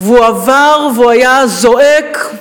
והוא עבר והוא היה זועק: